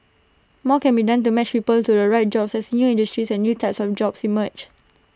more can be done to match people to the right jobs as new industries and new types of jobs emerge